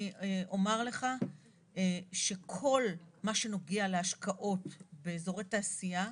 אני אומר לך שכל מה שנוגע להשקעות באזורי תעשייה,